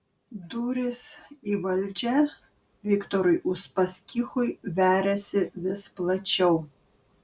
durys į valdžią viktorui uspaskichui veriasi vis plačiau